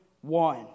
one